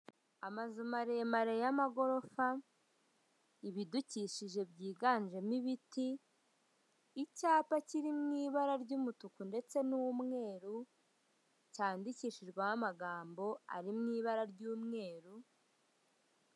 Amazu maremare y'amagorofa, ibidukikije byiganjemo ibiti, icyapa kirimo ibara ry'umutuku ndetse n'umweru, cyandikishijweho amagambo ari mu ibara ry'umweru.